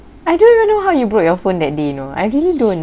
I don't even know how you broke your phone that day you know I really don't